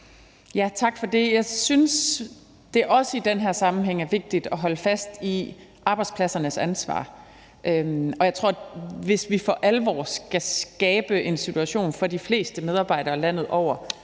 Tak for det. Jeg synes, at det også i den her sammenhæng er vigtigt at holde fast i arbejdspladsernes ansvar, og jeg tror, at hvis vi for alvor skal skabe en situation for de fleste medarbejdere landet over,